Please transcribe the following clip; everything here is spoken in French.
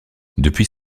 depuis